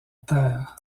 terre